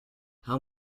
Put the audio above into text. how